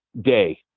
day